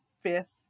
Fifth